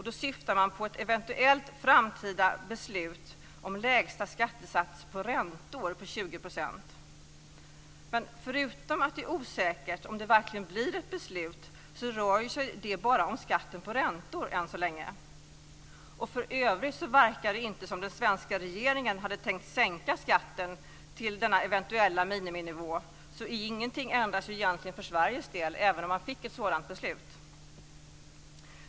Då syftar man på ett eventuellt framtida beslut om lägsta skattesats på räntor på 20 %. Förutom att det är osäkert om det verkligen blir ett beslut rör det sig bara om skatten på räntor än så länge. För övrigt verkar det inte som att den svenska regeringen hade tänkt sänka skatten till denna eventuella miniminivå, så ingenting ändras egentligen för Sveriges del även om det fattas ett sådant beslut.